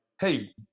hey